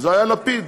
היה לפיד.